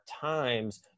times